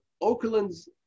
oakland's